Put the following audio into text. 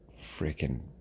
freaking